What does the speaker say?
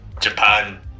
Japan